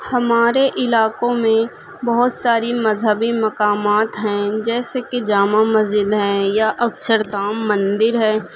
ہمارے علاقوں میں بہت ساری مذہبی مقامات ہیں جیسے کہ جامع مسجد ہیں یا اکچھردھام مندر ہے